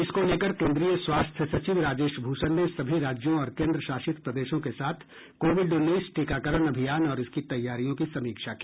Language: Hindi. इसको लेकर केन्द्रीय स्वास्थ्य सचिव राजेश भूषण ने सभी राज्यों और केंद्रशासित प्रदेशों के साथ कोविड उन्नीस टीकाकरण अभियान और इसकी तैयारियों की समीक्षा की